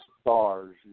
stars